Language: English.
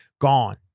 Gone